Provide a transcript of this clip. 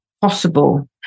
possible